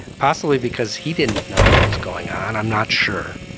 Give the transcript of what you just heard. possibly because he didn't know what was going on, i'm not sure.